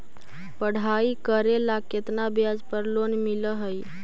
पढाई करेला केतना ब्याज पर लोन मिल हइ?